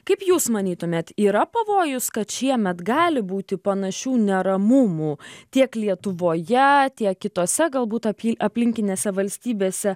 kaip jūs manytumėt yra pavojus kad šiemet gali būti panašių neramumų tiek lietuvoje tiek kitose galbūt apy aplinkinėse valstybėse